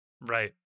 Right